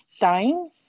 dying